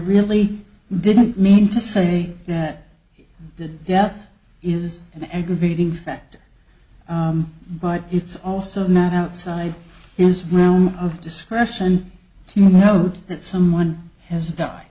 really didn't mean to say that the death is an aggravating factor but it's also not outside his realm of discretion to note that someone has